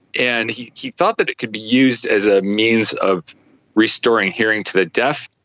and he he thought that it could be used as a means of restoring hearing to the deaf.